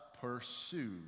pursue